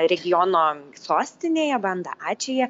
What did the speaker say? regiono sostinėje banda ačije